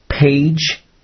page